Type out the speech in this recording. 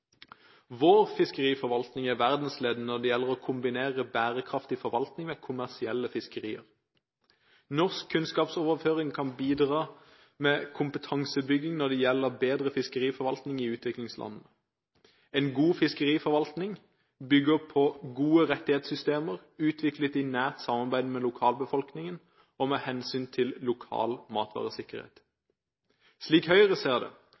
Vår fiskeriforvaltning er verdensledende når det gjelder å kombinere bærekraftig forvaltning med kommersielle fiskerier. Norsk kunnskapsoverføring kan bidra med kompetansebygging når det gjelder bedre fiskeriforvaltning i utviklingslandene. En god fiskeriforvaltning bygger på gode rettighetssystemer utviklet i nært samarbeid med lokalbefolkningen og med hensyn til lokal matvaresikkerhet. Slik Høyre ser det,